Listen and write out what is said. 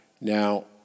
Now